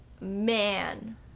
Man